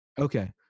Okay